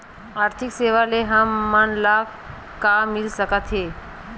आर्थिक सेवाएं से हमन ला का मिल सकत हे?